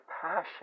passion